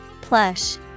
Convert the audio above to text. Plush